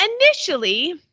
initially